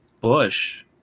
bush